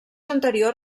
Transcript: anterior